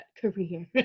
career